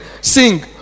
sing